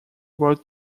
road